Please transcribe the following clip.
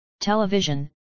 television